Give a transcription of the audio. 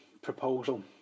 proposal